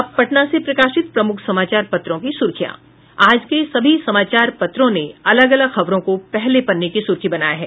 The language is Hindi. अब पटना से प्रकाशित प्रमुख समाचार पत्रों की सुर्खियां आज के सभी समाचार पत्रों ने अलग अलग खबरों को पहले पन्ने की सुर्खी बनाया है